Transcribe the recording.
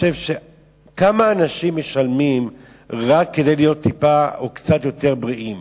כמה אנשים משלמים רק כדי להיות טיפה או קצת יותר בריאים?